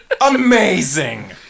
amazing